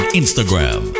instagram